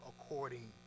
according